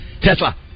Tesla